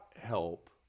help